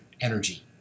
energy